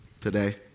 today